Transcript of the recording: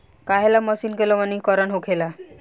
काहें ला जमीन के लवणीकरण होखेला